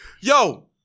Yo